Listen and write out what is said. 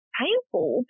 painful